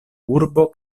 urbo